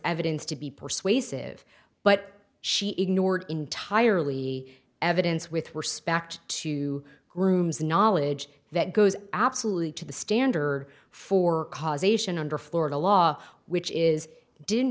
evidence to be persuasive but she ignored entirely evidence with respect to groom's knowledge that goes absolutely to the standard for causation under florida law which is d